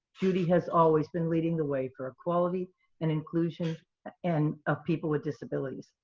judy has always been leading the way for equality and inclusion and of people with disabilities.